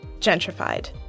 gentrified